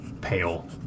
pale